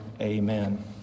amen